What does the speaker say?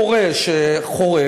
מורה שחורג,